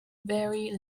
very